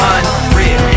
Unreal